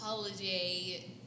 holiday